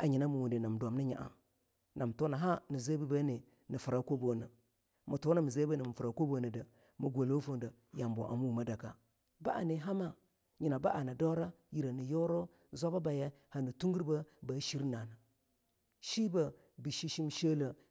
anyina mi wundi nam dwamni nya a na tuna ha nize bibeni ni fira kobone mi tuna mi zebibeni mifra kobo nide mii gwalwo fude yambo ham wume daka baa ni hama.